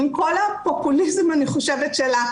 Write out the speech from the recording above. עם כל הפופוליזם שלה,